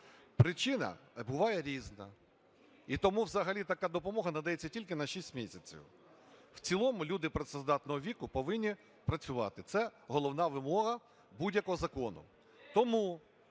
Причина буває різна, і тому взагалі така допомога надається тільки на 6 місяців. В цілому люди працездатного віку повинні працювати – це головна вимога будь-якого закону.